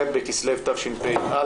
ח' בכסלו תשפ"א,